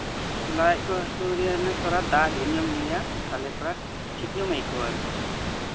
ᱞᱟᱡ ᱠᱚ ᱦᱟᱹᱥᱩ ᱨᱮᱭᱟᱜ ᱛᱷᱚᱲᱟ ᱫᱟᱜ ᱰᱷᱮᱨ ᱧᱚᱜ ᱮᱢ ᱧᱩᱭᱟ ᱛᱟᱦᱞᱮ ᱛᱷᱚᱲᱟ ᱴᱷᱤᱠ ᱧᱚᱜ ᱮᱢ ᱟᱹᱭᱠᱟᱹᱣᱟ ᱟᱨ ᱠᱤ